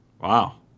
Wow